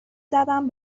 زدم